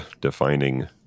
defining